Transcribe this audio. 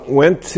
went